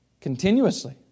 Continuously